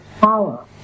power